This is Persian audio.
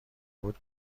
بود